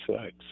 sex